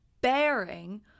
bearing